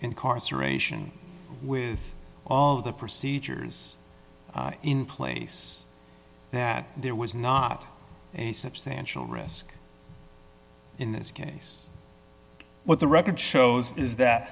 incarceration with all the procedures in place that there was not a substantial risk in this case what the record shows is that